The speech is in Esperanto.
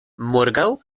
morgaŭ